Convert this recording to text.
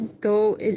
go